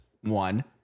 one